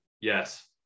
Yes